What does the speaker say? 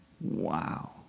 wow